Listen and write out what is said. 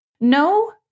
No